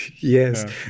Yes